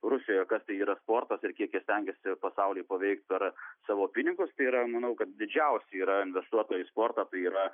rusijoje kas tai yra sportas ir kiek jie stengiasi pasaulį paveikti per savo pinigus tai yra manau kad didžiausi yra investuota į sportą tai yra